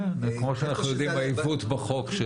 כמו שאנחנו יודעים העיוות בחוק,